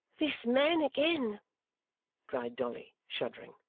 this man again cried dolly, shuddering.